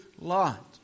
Lot